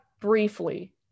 briefly